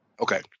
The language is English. Okay